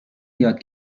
یاد